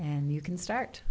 and you can start